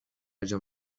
جان